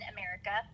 America